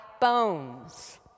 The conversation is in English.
bones